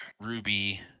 ruby